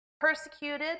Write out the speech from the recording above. Persecuted